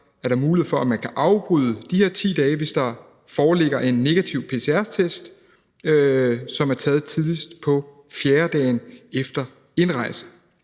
er der mulighed for at afbryde de her 10 dage, hvis der foreligger en negativ pcr-test, som er taget tidligst på fjerdedagen efter indrejse.